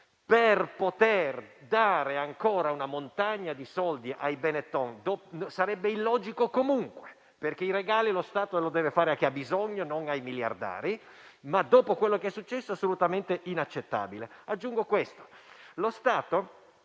calcoli), dando ancora una montagna di soldi ai Benetton, sarebbe illogico comunque, perché i regali lo Stato li deve fare a chi ne ha bisogno e non ai miliardari. Inoltre, dopo quello che è successo, è assolutamente inaccettabile.